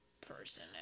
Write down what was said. person